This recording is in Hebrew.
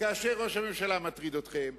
כאשר ראש הממשלה מטריד אתכם.